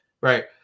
Right